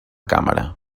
càmera